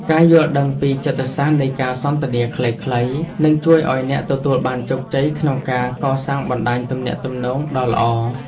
ការយល់ដឹងពីចិត្តសាស្ត្រនៃការសន្ទនាខ្លីៗនឹងជួយឱ្យអ្នកទទួលបានជោគជ័យក្នុងការកសាងបណ្ដាញទំនាក់ទំនងដ៏ល្អ។